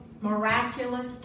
miraculous